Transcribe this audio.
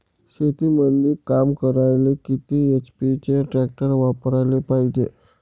शेतीमंदी काम करायले किती एच.पी चे ट्रॅक्टर वापरायले पायजे?